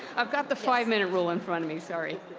i've got the five minute rule in front of me. sorry.